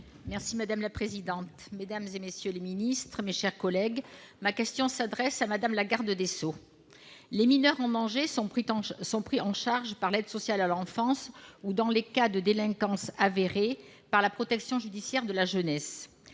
Madame la présidente, mesdames, messieurs les ministres, mes chers collègues, ma question s'adresse à Mme le garde des sceaux, ministre de la justice. Les mineurs en danger sont pris en charge par l'Aide sociale à l'enfance ou, dans les cas de délinquance avérée, par la Protection judiciaire de la jeunesse.